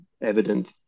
evident